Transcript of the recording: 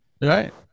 right